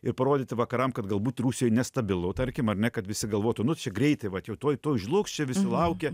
ir parodyti vakaram kad galbūt rusijoj nestabilu tarkim ar ne kad visi galvotų nu čia greitai vat jau tuoj tuoj žlugs čia visi laukia